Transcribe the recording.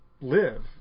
live